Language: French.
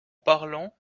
parlant